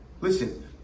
listen